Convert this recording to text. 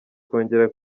kongera